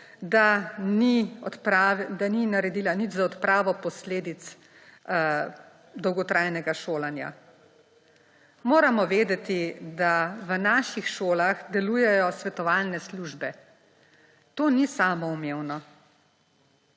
da ni naredila nič za odpravo posledic dolgotrajnega šolanja. Moramo vedeti, da v naših šolah delujejo svetovalne službe. To ni samoumevno.